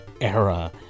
era